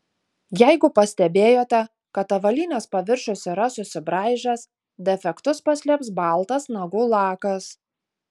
jeigu pastebėjote kad avalynės paviršius yra susibraižęs defektus paslėps baltas nagų lakas